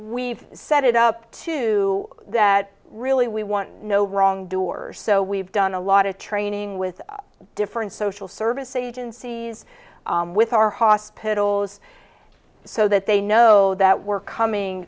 we've set it up to that really we want no wrong door so we've done a lot of training with different social service agencies with our hospitals so that they know that we're coming